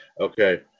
Okay